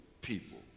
people